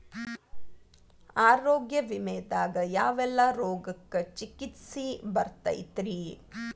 ಆರೋಗ್ಯ ವಿಮೆದಾಗ ಯಾವೆಲ್ಲ ರೋಗಕ್ಕ ಚಿಕಿತ್ಸಿ ಬರ್ತೈತ್ರಿ?